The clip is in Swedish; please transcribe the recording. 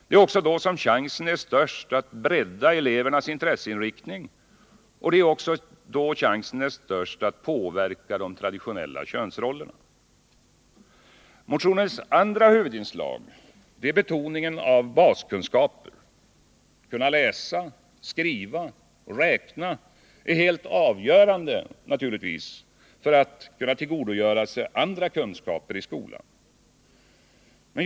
Det är också då som chansen är störst att bredda elevernas intresseinriktning och på så sätt påverka de traditionella könsrollerna. Motionens andra huvudinslag är betoningen av baskunskaper. Att kunna läsa, skriva och räkna är helt avgörande för att tillgodogöra sig andra kunskaper i skolan.